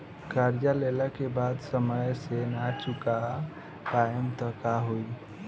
कर्जा लेला के बाद समय से ना चुका पाएम त का होई?